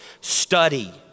Study